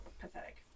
pathetic